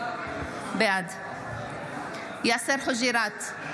בעד יאסר חוג'יראת,